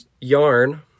yarn